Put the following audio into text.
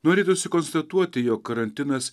norėtųsi konstatuoti jog karantinas